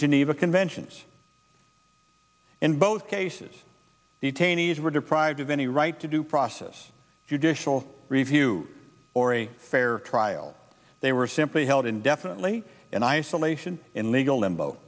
geneva conventions in both cases detainees were deprived of any right to due process you dish will review or a fair trial they were simply held indefinitely and isolation in legal limbo